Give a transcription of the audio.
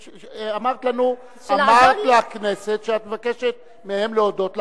אמרת לנו, אמרת לכנסת שאת מבקשת מהם להודות לך.